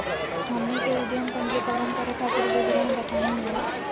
हमनी के उद्यम पंजीकरण करे खातीर विवरण बताही हो?